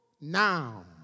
now